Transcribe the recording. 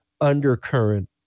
undercurrent